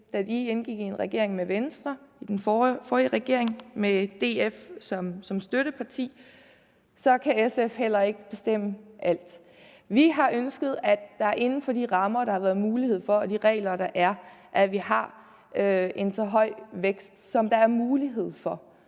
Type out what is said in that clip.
da de indgik i en regering med Venstre i den forrige regering med DF som støtteparti, så kan SF heller ikke bestemme alt. Vi har ønsket, at der inden for de rammer, der har været mulighed for, og de regler, der er, har en så høj vækst, som der er mulighed for.